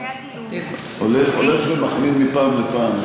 הולך ומחמיר מפעם לפעם.